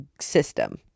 system